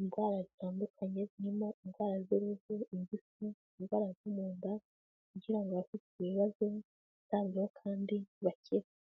indwara zitandukanye, zirimo indwara z'uruhu, ingufu, indwara zo mu nda, kugira ngo abafite ibibazo bitabweho kandi bakire.